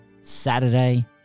Saturday